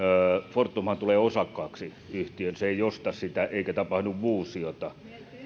fortumhan tulee osakkaaksi yhtiöön se ei osta sitä eikä tapahdu fuusiota noin